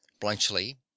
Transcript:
Blunchley